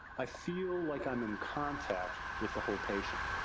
i feel like i am in contact with the whole patient.